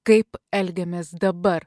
kaip elgiamės dabar